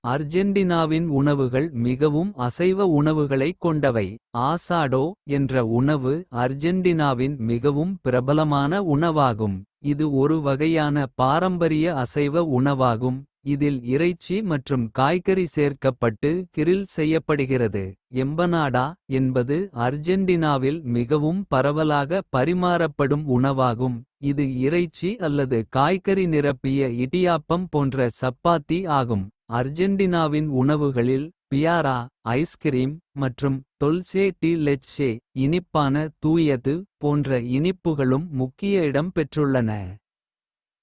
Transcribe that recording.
அர்ஜென்டினாவின் உணவுகள் மிகவும் அசைவ உணவுகளைக். கொண்டவை ஆசாடோ என்ற உணவு அர்ஜென்டினாவின். மிகவும் பிரபலமான உணவாகும் இது ஒரு வகையான. பாரம்பரிய அசைவ உணவாகும் இதில் இறைச்சி மற்றும் காய்கறி. சேர்க்கப்பட்டு கிரில் செய்யப்படுகிறது. எம்பனாடா என்பது அர்ஜென்டினாவில் மிகவும். பரவலாக பரிமாறப்படும் உணவாகும் இது இறைச்சி. அல்லது காய்கறி நிரப்பிய இடியாப்பம் போன்ற சப்பாத்தி ஆகும். அர்ஜென்டினாவின் உணவுகளில் பியாரா ஐஸ்கிரீம். மற்றும் டொல்சே டி லெச்சே இனிப்பான தூயது. போன்ற இனிப்புகளும் முக்கிய இடம் பெற்றுள்ளன.